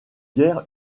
guère